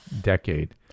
decade